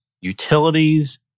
utilities